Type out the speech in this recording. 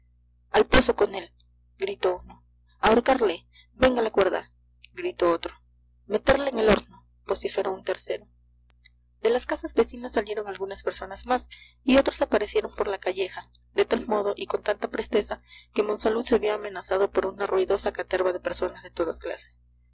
al pozo con él gritó uno ahorcarle venga la cuerda gritó otro meterle en el horno vociferó un tercero de las casas vecinas salieron algunas personas más y otros aparecieron por la calleja de tal modo y con tanta presteza que monsalud se vio amenazado por una ruidosa caterva de personas de todas clases